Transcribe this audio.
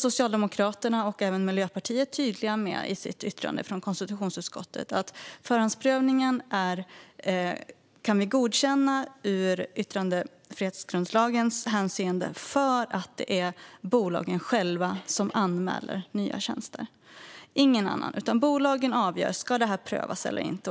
Socialdemokraterna och även Miljöpartiet var då tydliga i sitt yttrande från konstitutionsutskottet att de kunde godkänna förhandsprövningen ur yttrandefrihetsgrundlagens hänseende eftersom det var bolagen själva och ingen annan som skulle anmäla nya tjänster. Bolagen skulle avgöra om något skulle prövas eller inte.